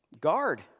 guard